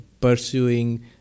pursuing